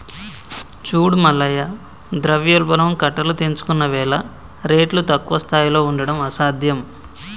చూడు మల్లయ్య ద్రవ్యోల్బణం కట్టలు తెంచుకున్నవేల రేట్లు తక్కువ స్థాయిలో ఉండడం అసాధ్యం